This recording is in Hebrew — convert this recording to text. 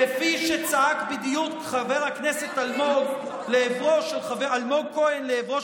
כפי שצעק בדיון חבר הכנסת אלמוג כהן לעברו